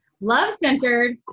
love-centered